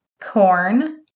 corn